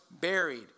buried